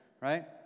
right